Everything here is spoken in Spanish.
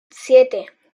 siete